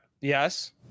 Yes